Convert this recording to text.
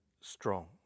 strong